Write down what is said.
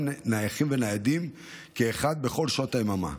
נייחים וניידים כאחד בכל שעות היממה.